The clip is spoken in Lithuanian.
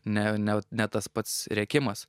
ne ne ne tas pats rėkimas